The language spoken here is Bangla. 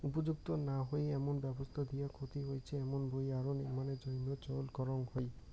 উপযুক্ত না হই এমন ব্যবস্থা দিয়া ক্ষতি হইচে এমুন ভুঁই আরো নির্মাণের জইন্যে চইল করাঙ হই